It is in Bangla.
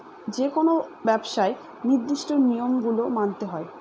যেকোনো ব্যবসায় নির্দিষ্ট নিয়ম গুলো মানতে হয়